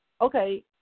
okay